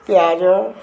ପିଆଜ